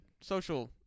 social